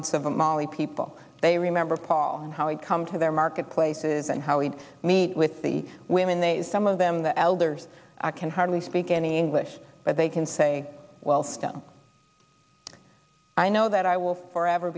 and molly people they remember paul and how it come to their marketplaces and how he'd meet with the women they some of them the elders can hardly speak any english but they can say well still i know that i will forever